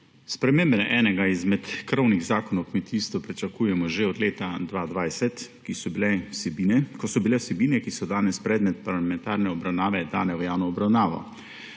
Spremembe enega izmed krovnih zakonov o kmetijstvu pričakujemo že od leta 2020, ko so bile vsebine, ki so danes predmet parlamentarne obravnave, dane v javno obravnavo.